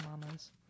mamas